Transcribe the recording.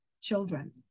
children